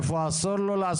איפה אסור לו.